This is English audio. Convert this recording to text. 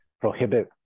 prohibit